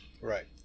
right